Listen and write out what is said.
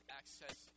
access